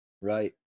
Right